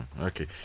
Okay